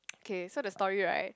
K so the story right